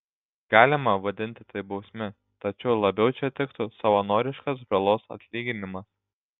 galima vadinti tai bausme tačiau labiau čia tiktų savanoriškas žalos atlyginimas